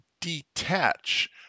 detach